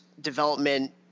development